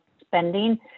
spending